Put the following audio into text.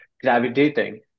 gravitating